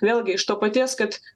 vėlgi iš to paties kad